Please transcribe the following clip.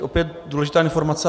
Opět důležitá informace.